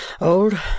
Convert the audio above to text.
old